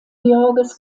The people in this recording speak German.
georges